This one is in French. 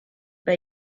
pas